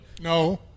No